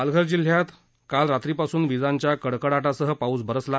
पालघर जिल्ह्यात कालरात्री पासून विजाष्ट्या कडकडाटासह पाऊस बरसला